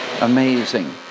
amazing